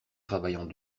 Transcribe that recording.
travaillant